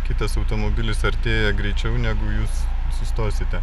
kitas automobilis artėja greičiau negu jūs sustosite